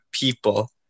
people